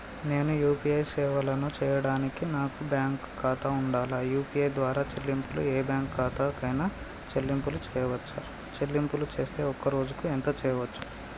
నేను యూ.పీ.ఐ సేవలను చేయడానికి నాకు బ్యాంక్ ఖాతా ఉండాలా? యూ.పీ.ఐ ద్వారా చెల్లింపులు ఏ బ్యాంక్ ఖాతా కైనా చెల్లింపులు చేయవచ్చా? చెల్లింపులు చేస్తే ఒక్క రోజుకు ఎంత చేయవచ్చు?